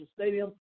Stadium